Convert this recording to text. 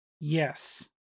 Yes